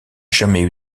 jamais